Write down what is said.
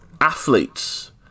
athletes